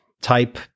type